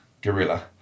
gorilla